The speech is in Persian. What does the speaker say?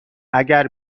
اگر